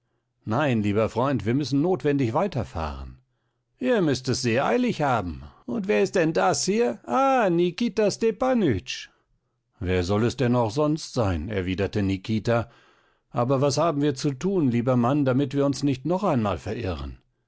nein lieber freund wir müssen notwendig weiterfahren ihr müßt es wohl sehr eilig haben und wer ist denn das hier ah nikita stepanütsch wer soll es denn auch sonst sein erwiderte nikita aber was haben wir zu tun lieber mann damit wir uns nicht noch einmal verirren